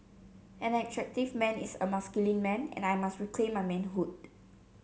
an attractive man is a masculine man and I must reclaim my manhood